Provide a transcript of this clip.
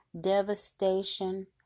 devastation